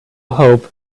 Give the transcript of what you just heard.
hope